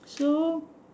so